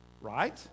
Right